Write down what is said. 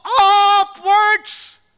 upwards